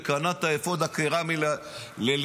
וקנה את האפוד הקרמי ללחימה.